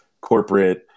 corporate